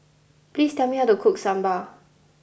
please tell me how to cook Sambar